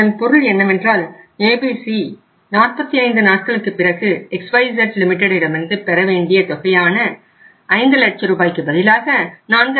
இதன் பொருள் என்னவென்றால் ABC 45 நாட்களுக்கு பிறகு XYZ லிமிடெட் இடமிருந்து பெறவேண்டிய தொகையான 5 லட்ச ரூபாய்க்கு பதிலாக 4